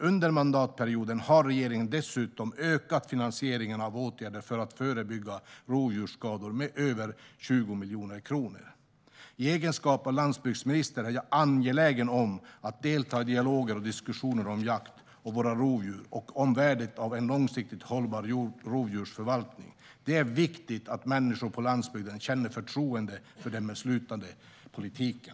Under mandatperioden har regeringen dessutom ökat finansieringen av åtgärder med över 20 miljoner kronor för att förebygga rovdjursskador. I egenskap av landsbygdsminister är jag angelägen om att delta i dialoger och diskussioner om jakt, om våra rovdjur och om värdet av en långsiktigt hållbar rovdjursförvaltning. Det är viktigt att människor på landsbygden känner förtroende för den beslutade politiken.